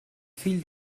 fill